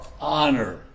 honor